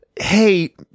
hey